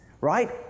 right